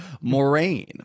Moraine